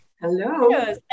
Hello